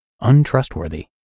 untrustworthy